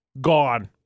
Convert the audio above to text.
Gone